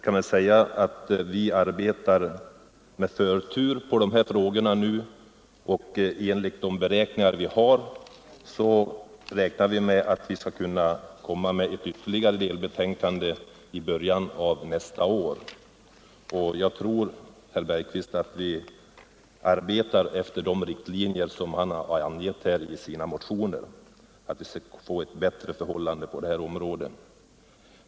Dessa frågor har fått förtur i vårt arbete, och enligt gjorda beräkningar skall vi komma med ytterligare ett delbetänkande i början av nästa år. Jag tror att vi arbetar efter de riktlinjer som herr Bergqvist har angett i sina motioner, dvs. att få till stånd en bättre tingens ordning på detta område.